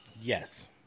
Yes